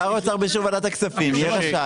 שר האוצר באישור ועדת הכספים יהיה רשאי